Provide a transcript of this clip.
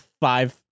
five